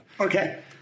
Okay